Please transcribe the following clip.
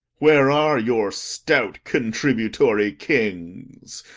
where are your stout contributory kings?